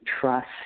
trust